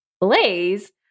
Blaze